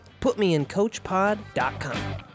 putmeincoachpod.com